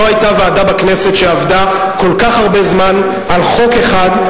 לא היתה ועדה בכנסת שעבדה כל כך הרבה זמן על חוק אחד,